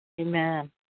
Amen